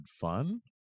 fun